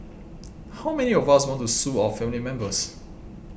how many of us would want to sue our family members